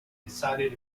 decided